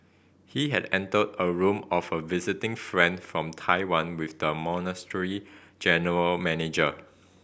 he had entered a room of a visiting friend from Taiwan with the monastery general manager